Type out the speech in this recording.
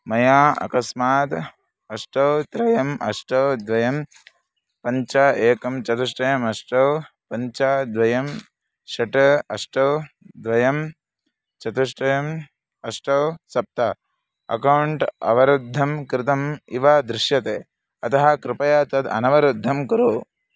मया अकस्मात् अष्टौ त्रयम् अष्टौ द्वयं पञ्च एकं चतुष्टयम् अष्टौ पञ्च द्वयं षट् अष्टौ द्वयं चतुष्टयम् अष्टौ सप्त अकौण्ट् अवरुद्धं कृतम् इव दृश्यते अतः कृपया तद् अनवरुद्धं कुरु